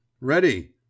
ready